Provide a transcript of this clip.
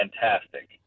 fantastic